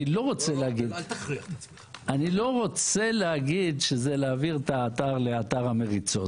אני לא רוצה להגיד שזה להעביר את ההצעה לאתר המריצות,